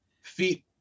feet